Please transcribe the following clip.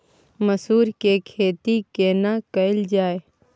मसूर के खेती केना कैल जाय?